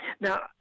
now